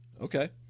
Okay